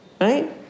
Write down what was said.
right